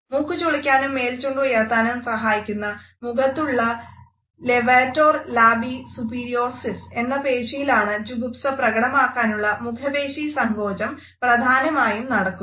മൂക്ക് ചുളിക്കാനും മേൽചുണ്ട് ഉയർത്താനും സഹായിക്കുന്ന മുഖത്തുള്ള ലെവറ്റോർ ലബൈ സുപ്പീരിയോറിസ് എന്ന പേശിയിലാണ് ജുഗുപ്സ പ്രകടമാക്കാനുള്ള മുഖപേശീസങ്കോചം പ്രധാനമായും നടക്കുന്നത്